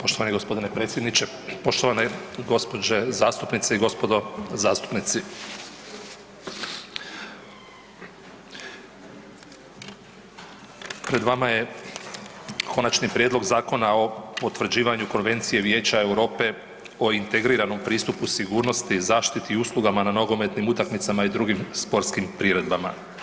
Poštovani gospodine predsjedniče, poštovane gospođe zastupnice i gospodo zastupnici, pred vama je Konačni prijedlog Zakona o potvrđivanju Konvencije Vijeća Europe o integriranom pristupu sigurnosti, zaštiti i usluga na nogometnim utakmicama i drugim sportskim priredbama.